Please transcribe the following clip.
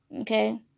Okay